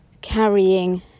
carrying